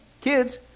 kids